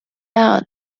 out